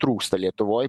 trūksta lietuvoj